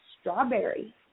strawberry